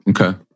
Okay